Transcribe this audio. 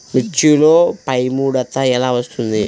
మిర్చిలో పైముడత ఎలా వస్తుంది?